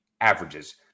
averages